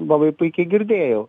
labai puikiai girdėjau